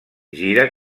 gira